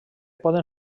poden